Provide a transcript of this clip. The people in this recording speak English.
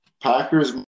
Packers